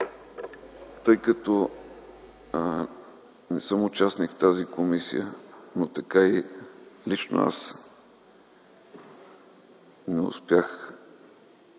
Тъй като не съм участник в тази комисия, лично аз не успях